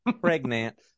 pregnant